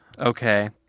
Okay